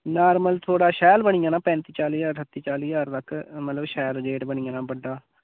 normal थुआड़ा शैल बनी जाना पैंती चाली ज्हार ठत्ती चाली ज्हार तक्कर मतलब शैल गेट बनी जाना बड्डा